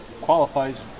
qualifies